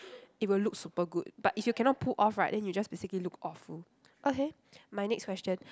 it will look super good but if you cannot pull off right then you just basically look awful okay my next question